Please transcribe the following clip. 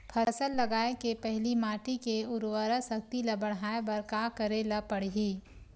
फसल लगाय के पहिली माटी के उरवरा शक्ति ल बढ़ाय बर का करेला पढ़ही?